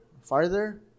farther